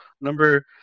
Number